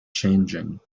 changing